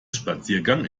spaziergang